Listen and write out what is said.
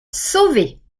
sauvée